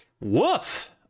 Woof